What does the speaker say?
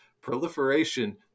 proliferation